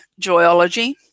Joyology